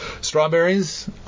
Strawberries